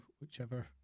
whichever